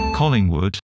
Collingwood